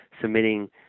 submitting